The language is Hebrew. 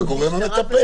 הם מבקשים מהגורם המטפל.